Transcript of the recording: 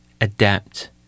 adapt